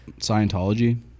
Scientology